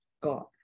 God